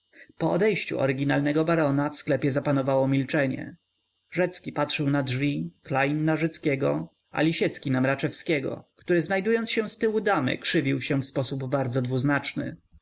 po odejściu oryginalnego barona w sklepie zapanowało milczenie rzecki patrzył na drzwi klejn na rzeckiego a lisiecki na mraczewskiego który znajdując się ztyłu damy krzywił się w sposób bardzo dwuznaczny